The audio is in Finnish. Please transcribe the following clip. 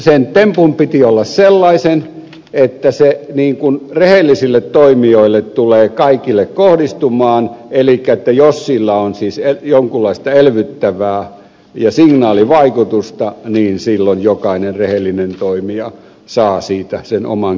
sen tempun piti olla sellainen että se tulee kaikille rehellisille toimijoille kohdistumaan elikkä että jos sillä on jonkunlaista elvyttävää vaikutusta ja signaalivaikutusta niin silloin jokainen rehellinen toimija saa siitä sen oman kevennyksensä